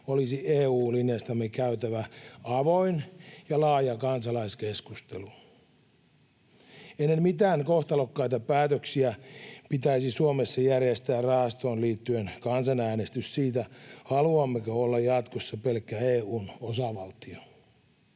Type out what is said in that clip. olisi EU-linjastamme käytävä avoin ja laaja kansalaiskeskustelu. Ennen mitään kohtalokkaita päätöksiä pitäisi Suomessa järjestää rahastoon liittyen kansanäänestys siitä, haluammeko olla jatkossa pelkkä EU:n osavaltio.